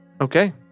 Okay